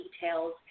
details